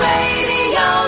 Radio